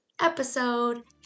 episode